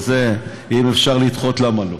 אם אפשר לדחות אז למה לא,